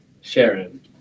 Sharon